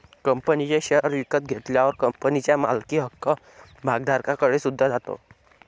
कंपनीचे शेअर विकत घेतल्यावर कंपनीच्या मालकी हक्क भागधारकाकडे सुद्धा जातो